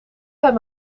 hem